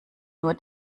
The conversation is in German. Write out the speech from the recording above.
nur